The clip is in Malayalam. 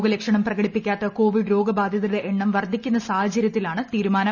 രോഗലക്ഷണം പ്രകടിപ്പിക്കാത്ത കോവിഡ് രോഗബാധിതരുടെ എണ്ണം വർദ്ധിക്കുന്ന സാഹചര്യത്തിലാണ് തീരുമാനം